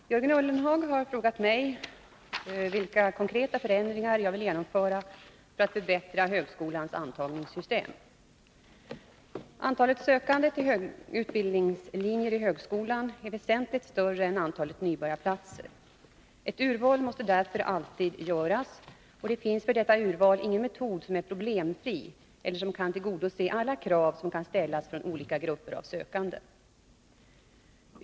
Herr talman! Jörgen Ullenhag har frågat mig vilka konkreta förändringar jag vill genomföra för att förbättra högskolans antagningssystem. Antalet sökande till utbildningslinjer i högskolan är väsentligt större än antalet nybörjarplatser. Ett urval måste därför alltid göras, och det finns för detta urval ingen metod som är problemfri eller som kan tillgodose alla krav som kan ställas från olika grupper av sökande.